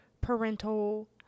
parental